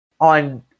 on